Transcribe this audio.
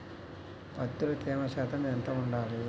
పత్తిలో తేమ శాతం ఎంత ఉండాలి?